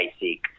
basic